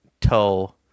toe